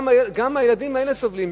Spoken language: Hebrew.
גם הילדים האלה סובלים,